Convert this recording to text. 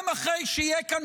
גם אחרי שיהיה כאן